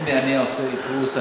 הנה, אני עושה איפוס.